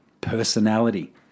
personality